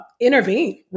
intervene